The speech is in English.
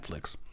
Netflix